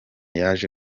yaje